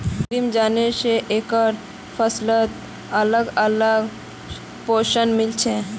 कृत्रिम चयन स एकके फसलत अलग अलग पोषण मिल छे